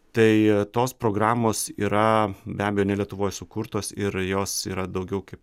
tai tos programos yra be abejo ne lietuvoj sukurtos ir jos yra daugiau kaip